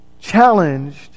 Challenged